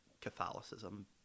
Catholicism